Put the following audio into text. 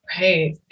right